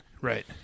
Right